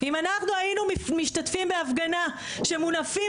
אם אנחנו היינו משתתפים בהפגנה שמונפים